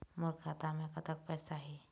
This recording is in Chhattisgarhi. मोर खाता मे कतक पैसा हे?